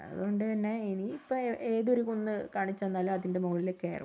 അതുകൊണ്ട് തന്നെ ഇനി ഇപ്പോൾ ഏതൊരു കുന്ന് കാണിച്ച് തന്നാലും അതിൻ്റെ മുകളില് കയറും